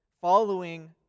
following